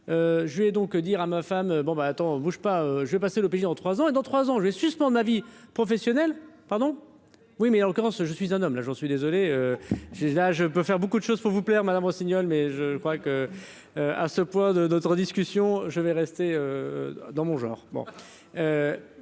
je vais donc dire à ma femme, bon ben attends, bouge pas, je vais passer le pays, dans 3 ans et dans trois ans, je suspends ma vie professionnelle, pardon. Oui, mais en l'occurrence, je suis un homme là j'en suis désolé c'est ça, je peux faire beaucoup de choses pour vous plaire Madame Rossignol, mais je crois que à ce poids de notre discussion, je vais rester dans mon genre, bon,